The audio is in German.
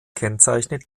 kennzeichnet